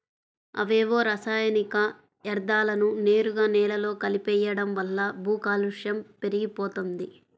అవేవో రసాయనిక యర్థాలను నేరుగా నేలలో కలిపెయ్యడం వల్ల భూకాలుష్యం పెరిగిపోతంది